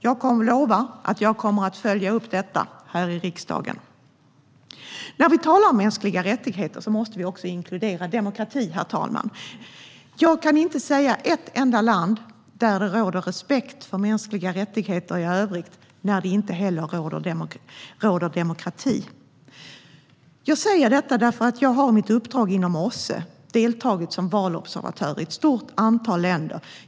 Jag lovar att jag kommer att följa upp detta i riksdagen. När vi talar om mänskliga rättigheter måste vi också inkludera demokrati, herr talman. Jag kan inte nämna ett enda land där det råder respekt för mänskliga rättigheter i övrigt och där det inte råder demokrati. Jag säger detta eftersom jag i mitt uppdrag inom OSSE har deltagit som valobservatör i ett stort antal länder.